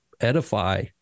edify